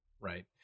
right